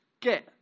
get